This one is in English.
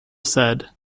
said